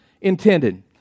intended